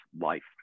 life